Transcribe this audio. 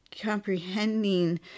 comprehending